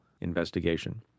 investigation